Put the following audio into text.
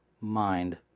mind